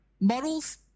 models